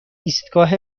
ایستگاه